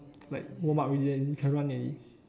like warm up already then can run already